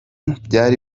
byari